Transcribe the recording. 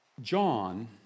John